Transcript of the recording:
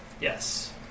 Yes